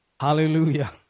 Hallelujah